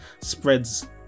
spreads